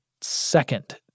second